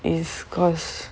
is because